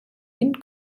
vint